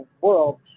world